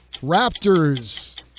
Raptors